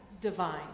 divine